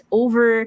over